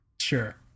Sure